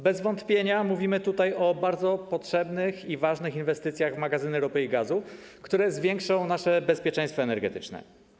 Bez wątpienia mówimy tutaj o bardzo potrzebnych i ważnych inwestycjach w magazyny ropy i gazu, które zwiększą nasze bezpieczeństwo energetyczne.